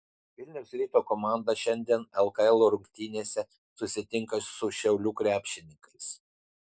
vilniaus ryto komanda šiandien lkl rungtynėse susitinka su šiaulių krepšininkais